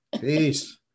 Peace